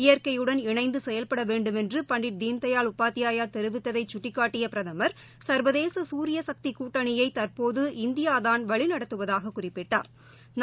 இயற்கையுடன் இணைந்துசெயல்படவேண்டுமென்றுபண்டிட் தீன்தயாள் உபாத்தியாயாதெரிவித்ததைசுட்டிக்காட்டியபிரதமா் சா்வதேசசூரியசக்திகூட்டணியைதற்போது இந்தியாதான் வழிநடத்துவதாககுறிப்பிட்டாள்